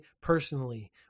personally